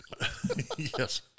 Yes